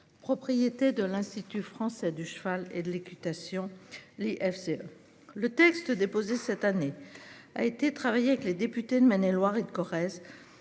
propriété de l'institut français du cheval et de l'équitation Les FCE. Le texte déposé cette année a été avec les députés de Maine-et-Loire et de Corrèze